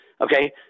Okay